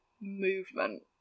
movement